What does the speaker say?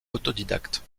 autodidacte